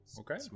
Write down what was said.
okay